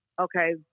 okay